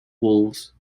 wolves